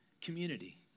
community